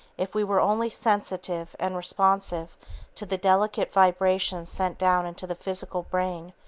if we were only sensitive and responsive to the delicate vibrations sent down into the physical brain,